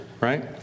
right